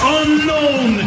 unknown